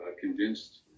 convinced